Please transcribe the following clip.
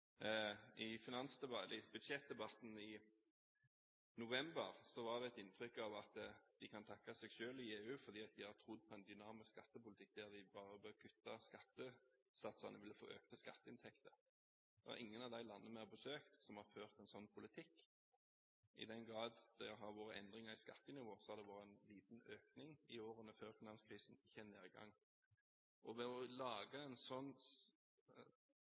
I budsjettdebatten i november fikk en inntrykk av at de kan takke seg selv i EU, for de har trodd på en dynamisk skattepolitikk der de bare ved å kutte skattesatsene ville få økte skatteinntekter. Ingen av de landene vi har besøkt, har ført en slik politikk. I den grad det har vært endringer i skattenivået, har det vært en liten økning i årene før finanskrisen, ikke en nedgang. Ved å lage